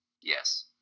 Yes